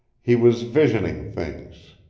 he was visioning things.